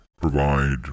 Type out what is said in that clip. provide